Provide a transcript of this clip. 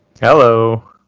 Hello